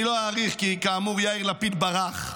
אני לא אאריך, כי כאמור, יאיר לפיד ברח,